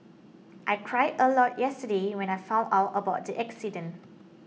I cried a lot yesterday when I found out about the accident